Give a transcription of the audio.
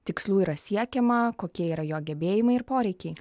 tikslų yra siekiama kokie yra jo gebėjimai ir poreikiai